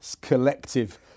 collective